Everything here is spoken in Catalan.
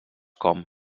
com